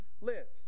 lives